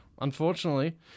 Unfortunately